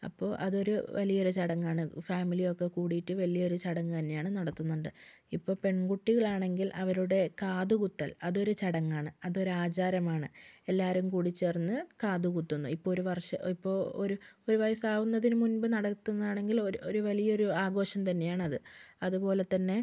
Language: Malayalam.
അപ്പോൾ അതൊരു വലിയൊരു ചടങ്ങാണ് ഫാമിലി ഒക്കെ കൂടിയിട്ട് വലിയ ഒരു ചടങ്ങു തന്നെയാണ് നടത്തുന്നുണ്ട് ഇപ്പോൾ പെൺ കുട്ടികൾ ആണെങ്കിൽ അവരുടെ കാത് കുത്തൽ അതൊരു ചടങ്ങാണ് അതൊരു ആചാരമാണ് എല്ലാവരും കൂടി ചേർന്ന് കാത് കുത്തുന്നു ഇപ്പം ഒരു വർഷം ഇപ്പോൾ ഒരു ഒരു വയസ്സാകുന്നതിന് മുൻപ് നടത്തുന്നതാണെങ്കിൽ ഒരു വലിയ ഒരു ആഘോഷം തന്നെ ആണ് അത് അതുപോലെത്തന്നെ